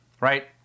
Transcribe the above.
Right